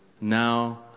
now